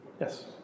Yes